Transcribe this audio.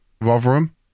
Rotherham